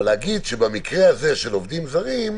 אבל להגיד שבמקרה הזה של עובדים זרים,